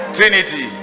Trinity